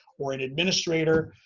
or an administrator.